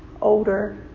older